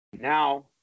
now